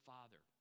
Father